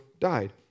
died